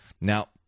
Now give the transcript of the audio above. Now